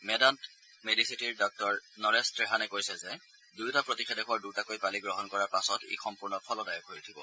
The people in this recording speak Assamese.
মেদান্ত মেডিচিটিৰ ডাঃ নৰেশ ত্ৰেহানে কৈছে যে দুয়োটা প্ৰতিষেধকৰ দুটাকৈ পালি গ্ৰহণ কৰাৰ পাছত ই সম্পূৰ্ণ ফলদায়ক হৈ উঠিব